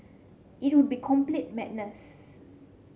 it would be complete madness